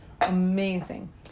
amazing